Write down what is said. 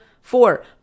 four